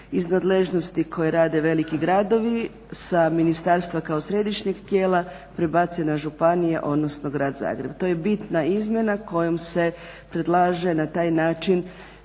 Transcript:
iz nadležnosti koje rade veliki gradovi, sa ministarstva kao središnjeg tijela prebace na županije, odnosno Grad Zagreb. To je bitna izmjena kojom se predlaže na taj način